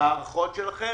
הערכות שלכם.